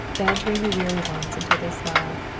bantering the weary ones until they smiled,